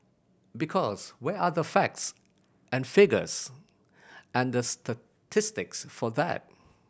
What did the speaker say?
because where are the facts and figures and the statistics for that